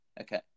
Okay